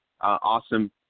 awesome